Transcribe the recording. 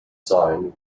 sign